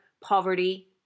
poverty